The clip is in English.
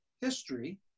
history